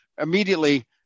immediately